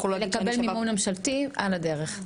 ולקבל מימון ממשלתי על הדרך.